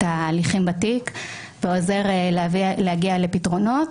ההליכים בתיק ובאמת עוזר להגיע לפתרונות,